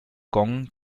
gong